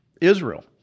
Israel